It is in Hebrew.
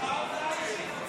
על מה הודעה אישית?